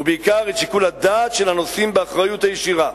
ובעיקר את שיקול הדעת של הנושאים באחריות הישירה.